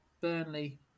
Burnley